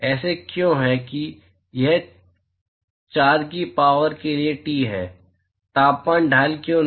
ऐसा क्यों है कि यह 4 की शक्ति के लिए टी है तापमान ढाल क्यों नहीं